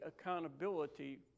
accountability